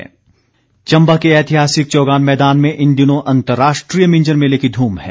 मिंजर मेला चंबा के ऐतिहासिक चौगान मैदान में इन दिनों अंतर्राष्ट्रीय मिंजर मेले की धूम है